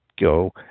Go